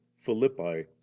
Philippi